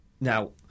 Now